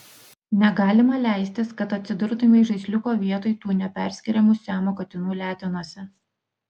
negalima leistis kad atsidurtumei žaisliuko vietoj tų neperskiriamų siamo katinų letenose